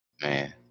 Man